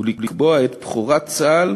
ולקבוע את בכורת צה"ל